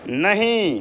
नहीं